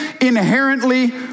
inherently